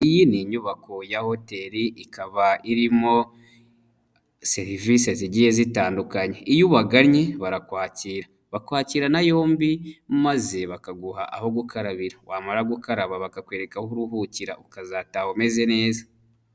Iyi ni inyubako ya hotel ikaba irimo serivisi zigiye zitandukanye. Iyo ubagannye barakwakira bakwakirana yombi maze bakaguha aho gukarabira, wamara gukaraba bakakwereka aho uruhukira ukazataha umeze neza.